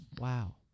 Wow